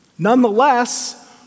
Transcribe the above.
Nonetheless